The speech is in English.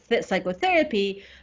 psychotherapy